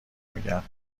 میگم